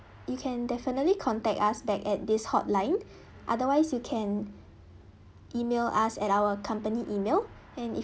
you can definitely contact us back at this hotline otherwise you can email us at our company email and if you